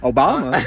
Obama